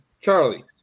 Charlie